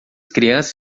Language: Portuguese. crianças